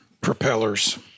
Propellers